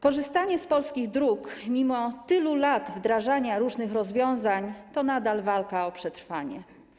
Korzystanie z polskich dróg, mimo tylu lat wdrażania różnych rozwiązań, to nadal walka o przetrwanie.